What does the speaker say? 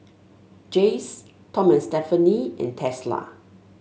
Jays Tom and Stephanie and Tesla